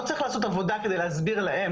לא צריך לעשות עבודה כדי להסביר להן